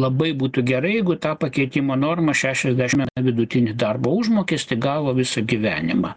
labai būtų gerai jeigu ta pakeitimo norma šešiasdeš vidutinį darbo užmokestį gavo visą gyvenimą